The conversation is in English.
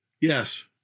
Yes